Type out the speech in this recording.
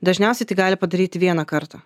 dažniausiai tai gali padaryti vieną kartą